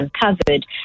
uncovered